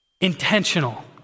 intentional